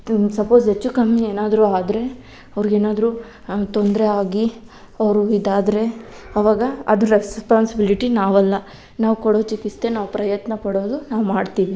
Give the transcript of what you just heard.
suppose ಹೆಚ್ಚು ಕಮ್ಮಿ ಏನಾದರೂ ಆದರೆ ಅವ್ರ್ಗೆನಾದ್ರು ತೊಂದರೆ ಆಗಿ ಅವರು ಇದಾದರೆ ಆವಾಗ ಅದರ ರೆಸ್ಪಾನ್ಸಿಬಿಲಿಟಿ ನಾವಲ್ಲ ನಾವು ಕೊಡೋ ಚಿಕಿತ್ಸೆ ನಾವು ಪ್ರಯತ್ನ ಪಡೋದು ನಾವು ಮಾಡ್ತೀವಿ